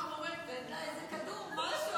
בוקר טוב.